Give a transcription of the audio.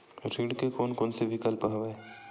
ऋण के कोन कोन से विकल्प हवय?